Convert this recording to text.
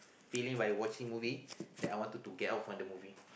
feeling by watching movie that I wanted to get out from the movie